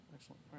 Excellent